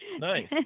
Nice